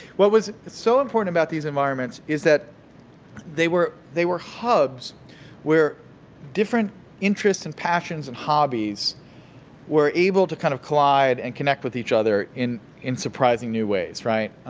what was so important about these environments is that they were they were hubs where different interests and passions and hobbies were able to kind of collide and connect with each other in in surprising new ways, right?